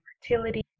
fertility